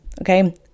Okay